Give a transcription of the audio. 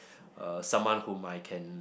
uh someone whom I can